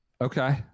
Okay